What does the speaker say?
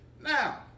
Now